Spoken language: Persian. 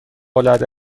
العاده